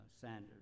Sanders